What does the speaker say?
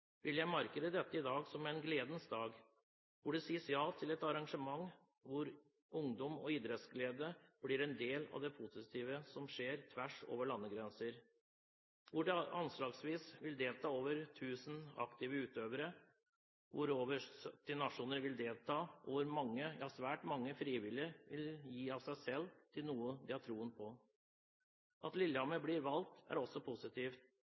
vil jeg markere dette som en gledens dag, da det sies ja til et arrangement hvor ungdom og idrettsglede blir en del av det positive som skjer på tvers av landegrenser, hvor det anslagsvis vil delta over 1 000 aktive utøvere, hvor over 70 nasjoner vil delta, og hvor svært mange frivillige vil gi av seg selv for noe de har tro på. At Lillehammer blir valgt, er også